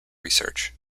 research